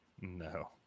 No